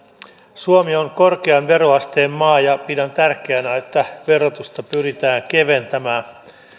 suomi on korkean veroasteen maa ja pidän tärkeänä että verotusta pyritään keventämään